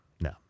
no